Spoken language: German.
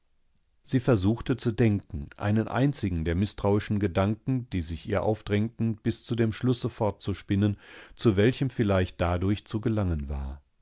sie versuchte zu denken einen einzigen der mißtrauischen gedanken die sich ihr aufdrängten bis zu dem schlusse fortzuspinnen zu welchem vielleicht dadurch zu gelangen war